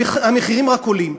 המחירים רק עולים.